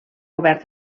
govern